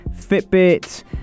Fitbit